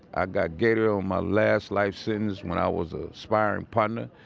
i got gator on my last life sentence when i was a sparring partner.